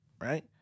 Right